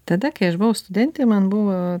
tada kai aš buvau studentė man buvo